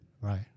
Right